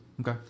Okay